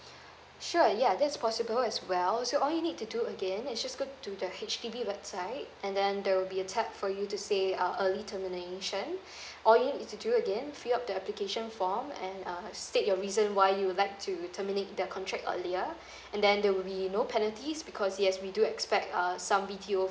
sure ya that's possible as well so all you need to do again and just go to the H_D_B website and then there will be a tab for you to say uh early termination all you need to do again fill up the application form and um state your reason why you would like to terminate the contract earlier and then there will be no penalties because yes we do expect uh some B_T_O